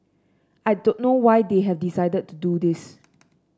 I don't know why they have decided to do this